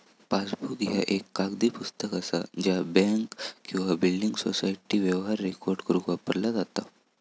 passbook ह्या एक कागदी पुस्तक असा ज्या बँक किंवा बिल्डिंग सोसायटी व्यवहार रेकॉर्ड करुक वापरला जाता